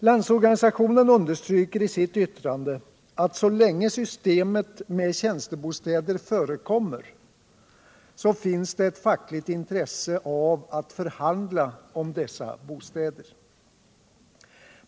LO understryker i sitt yttrande att så länge systemet med tjänstebostäder förekommer finns det ett fackligt intresse av att förhandla om dessa bostäder.